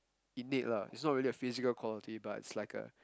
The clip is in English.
innate lah it's not really a physical quality but it's like a